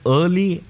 early